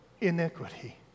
iniquity